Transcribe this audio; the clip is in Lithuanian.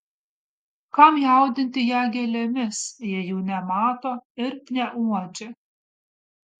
kam jaudinti ją gėlėmis jei jų nemato ir neuodžia